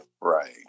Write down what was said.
Right